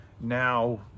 now